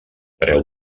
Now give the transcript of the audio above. preu